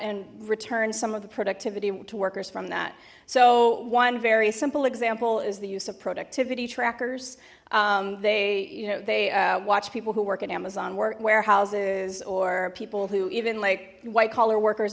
and return some of the productivity to workers from that so one very simple example is the use of productivity trackers they you know they watch people who work at amazon warehouses or people who even like white collar workers